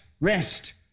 rest